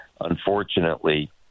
Unfortunately